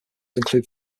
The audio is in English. include